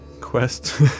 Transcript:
quest